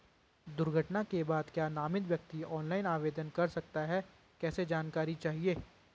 दुर्घटना के बाद क्या नामित व्यक्ति ऑनलाइन आवेदन कर सकता है कैसे जानकारी चाहिए?